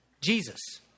Jesus